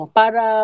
para